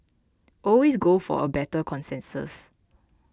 always go for a better consensus